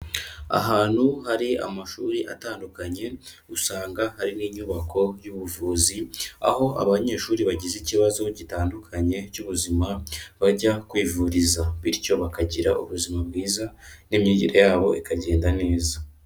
Ahantu hari amashuri atandukanye, usanga hari n'inyubako y'ubuvuzi, aho abanyeshuri bagize ikibazo gitandukanye cy'ubuzima, bajya kwivuriza. Bityo bakagira ubuzima bwiza n'imyigire yabo ikagenda neza.